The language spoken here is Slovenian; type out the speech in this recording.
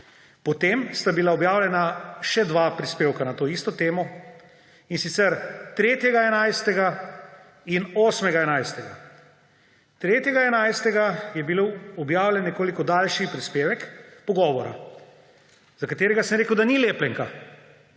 Potem sta bila objavljena še dva prispevka na to isto temo, in sicer 3. novembra in 8. novembra. 3. 11. je bil objavljen nekoliko daljši prispevek pogovora, za katerega sem rekel, da ni lepljenka,